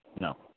no